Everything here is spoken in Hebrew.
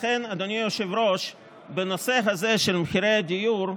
לכן, אדוני היושב-ראש, בנושא הזה של מחירי הדיור,